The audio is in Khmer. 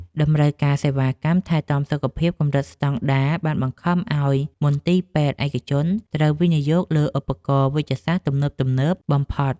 តម្រូវការសេវាកម្មថែទាំសុខភាពកម្រិតស្តង់ដារបានបង្ខំឱ្យមន្ទីរពេទ្យឯកជនត្រូវវិនិយោគលើឧបករណ៍វេជ្ជសាស្ត្រទំនើបៗបំផុត។